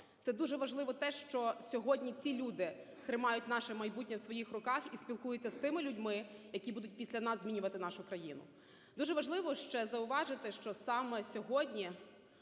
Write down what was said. Це дуже важливо те, що сьогодні ці люди тримають наше майбутнє в своїх руках і спілкуються з тими людьми, які будуть після нас змінювати нашу країну. Дуже важливо ще зауважити, що саме сьогодні